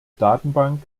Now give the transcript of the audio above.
datenbank